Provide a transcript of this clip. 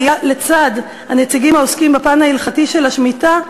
לצד הנציגים העוסקים בפן ההלכתי של השמיטה,